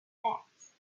backs